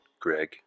Greg